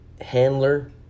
handler